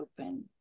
open